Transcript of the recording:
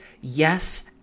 yes